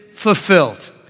fulfilled